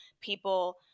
people